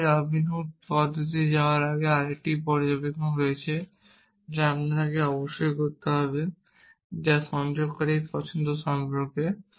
আমরা এই রবিনসন পদ্ধতিতে যাওয়ার আগে আরেকটি পর্যবেক্ষণ রয়েছে যা আমাদের অবশ্যই করতে হবে যা সংযোগকারীর পছন্দ সম্পর্কে